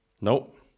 Nope